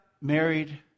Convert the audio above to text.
married